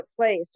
place